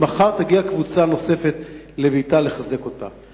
ומחר תגיע קבוצה נוספת לביתה לחזק אותה.